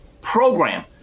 program